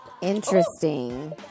Interesting